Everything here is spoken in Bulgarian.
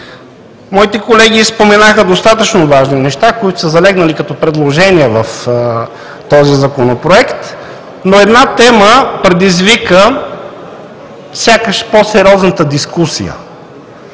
Моите колеги споменаха достатъчно важни неща, които са залегнали като предложения в този законопроект, но сякаш една тема предизвика по-сериозната дискусия